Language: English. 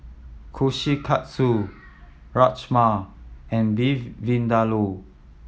Kushikatsu Rajma and Beef Vindaloo